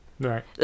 right